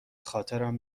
خاطرم